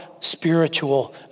spiritual